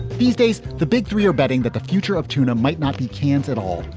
these days, the big three are betting that the future of tuna might not be cans at all,